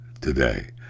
today